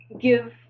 give